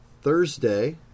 Thursday